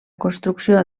construcció